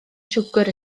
siwgr